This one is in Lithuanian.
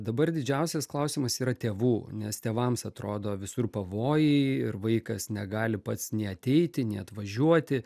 dabar didžiausias klausimas yra tėvų nes tėvams atrodo visur pavojai ir vaikas negali pats nei ateiti nei atvažiuoti